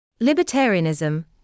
Libertarianism